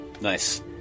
Nice